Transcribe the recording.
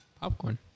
Popcorn